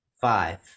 five